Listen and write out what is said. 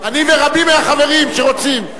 אני ורבים מהחברים שרוצים.